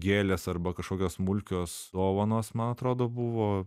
gėlės arba kažkokios smulkios dovanos man atrodo buvo